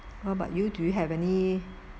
what about you do you have any